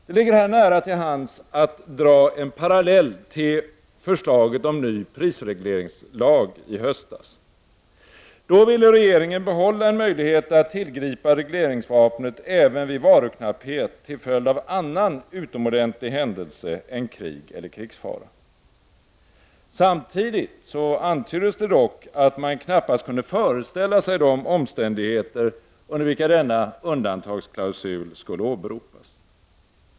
Det ligger nära till hands att dra en parallell till förslaget om ny prisregleringslag i höstas. Då ville regeringen behålla en möjlighet att tillgripa regleringsvapnet även vid varuknapphet till följd av annan utomordentlig händelse än krig eller krigsfara. Samtidigt antyddes det dock att man knappast kunde föreställa sig de omständigheter under vilka denna undantagsklausul skulle åberopas.